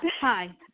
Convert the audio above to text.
hi